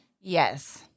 Yes